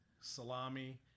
salami